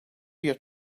your